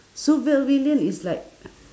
supervillain is like